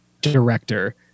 director